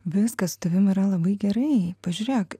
viskas tavim yra labai gerai pažiūrėk